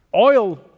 Oil